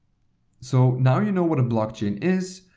so now you know what a blockchain is,